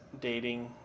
dating